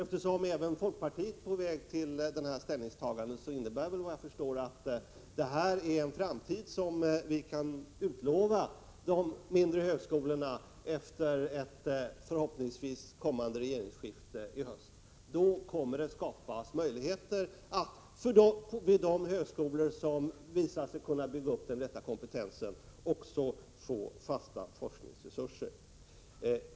Eftersom även folkpartiet är på väg att göra samma ställningstagande, innebär väl detta att vi kan utlova de mindre högskolorna denna framtid efter det regeringsskifte som förhoppningsvis kommer i höst. Då kommer det alltså att skapas möjligheter för de högskolor som visar sig kunna bygga upp den rätta kompetensen att också få fasta forskningsresurser.